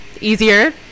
easier